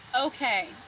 Okay